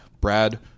Brad